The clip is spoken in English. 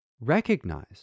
recognize